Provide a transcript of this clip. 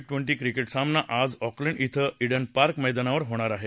twenty cricket सामना आज Auckland इथं इडन पार्क मैदानावर होणार आहे